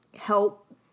help